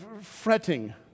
fretting